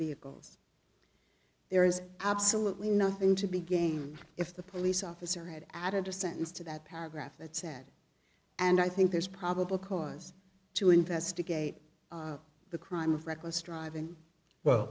vehicles there is absolutely nothing to be game if the police officer had added a sentence to that paragraph that said and i think there's probable cause to investigate the crime of reckless driving well